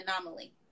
anomaly